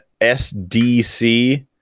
SDC